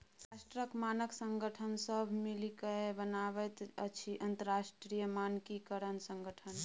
राष्ट्रक मानक संगठन सभ मिलिकए बनाबैत अछि अंतरराष्ट्रीय मानकीकरण संगठन